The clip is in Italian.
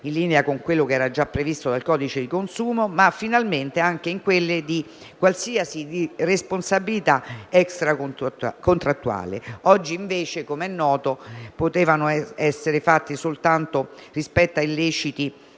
in linea con quello che era già previsto dal codice di consumo, ma finalmente anche in quelle di qualsiasi responsabilità extracontrattuale. Oggi invece - come è noto - potevano essere fatte soltanto rispetto a illeciti